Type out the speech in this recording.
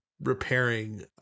repairing